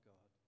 God